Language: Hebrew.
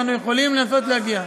אנחנו יכולים לנסות להגיע.